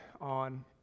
on